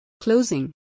Closing